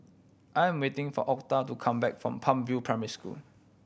I am waiting for Octa to come back from Palm View Primary School